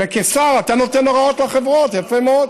זה חלק מעבודתי.